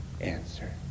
answer